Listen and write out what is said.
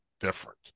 different